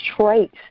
traits